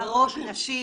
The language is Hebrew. הרוב נשים.